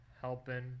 Helping